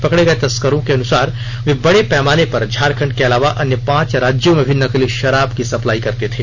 पकड़े गए तस्करों के अनुसार वे बड़े पैमाने पर झारखंड के अलावा अन्य पांच राज्यों में भी नकली शराब का सप्लाई कर रहे थे